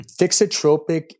fixotropic